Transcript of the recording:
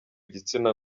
gitsina